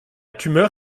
tumeur